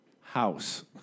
House